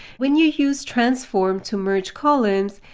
when you use transform to merge columns,